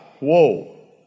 whoa